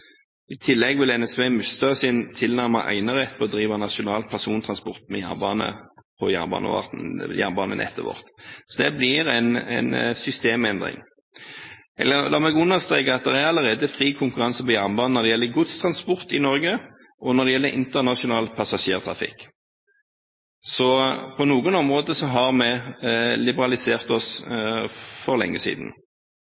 sin tilnærmede enerett på å drive nasjonal persontransport med jernbane på jernbanenettet vårt, så det blir en systemendring. La meg understreke at det allerede er fri konkurranse på jernbane når det gjelder godstransport i Norge og når det gjelder internasjonal passasjertrafikk, så på noen områder har vi liberalisert oss